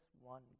one